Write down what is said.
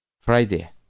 Friday